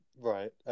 right